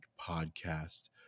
Podcast